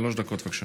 שלוש דקות, בבקשה.